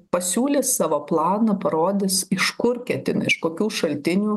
pasiūlys savo planą parodys iš kur ketina iš kokių šaltinių